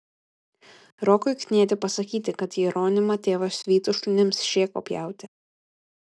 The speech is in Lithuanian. rokui knieti pasakyti kad jeronimą tėvas vytų šunims šėko pjauti